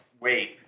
wait